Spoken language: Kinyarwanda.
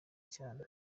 cyane